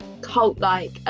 cult-like